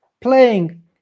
playing